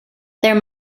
there